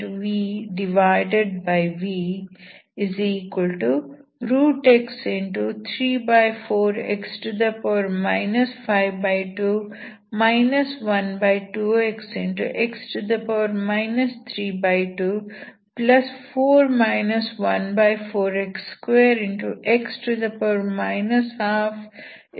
x 324 14x2x 12x